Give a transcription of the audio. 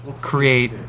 create